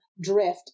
drift